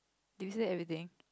do you say anything